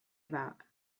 about